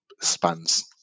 spans